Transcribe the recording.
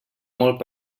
molt